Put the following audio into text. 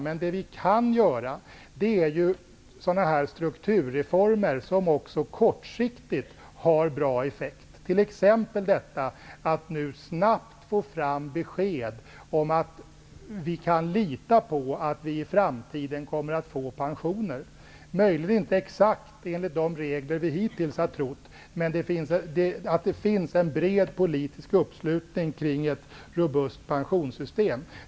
Men det vi kan göra är sådana strukturreformer som också kortsiktigt har bra effekt, t.ex. att nu snabbt få fram besked om att vi kan lita på att vi i framtiden kommer att få pensioner, möjligen inte exakt enligt de regler vi hittills har trott men att det finns en bred uppslutning kring ett robust pensionssystem.